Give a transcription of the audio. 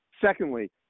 Secondly